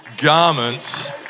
garments